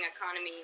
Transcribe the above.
economy